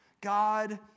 God